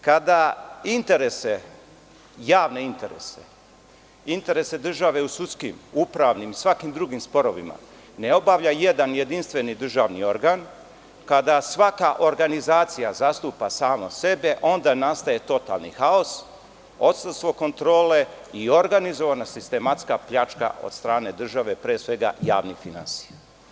Kada interese, javne interese, interese države u sudskim, upravnim i svakim drugim sporovima ne obavlja jedan jedinstveni državni organ, kada svaka organizacija zastupa samo sebe, onda nastaje totalni haos, odsustvo kontrole i organizovana sistematska pljačka od strane države, pre svega javnih finansija.